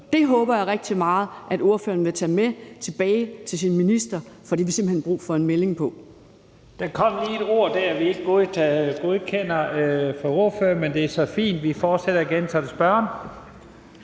Det håber jeg rigtig meget at ordføreren vil tage med tilbage til sin minister, for det har vi simpelt hen brug for en melding om. Kl. 17:18 Første næstformand (Leif Lahn Jensen): Der kom lige et ord der, vi ikke godkender, fra ordføreren. Men det er så fint, vi fortsætter igen. Så det spørgeren.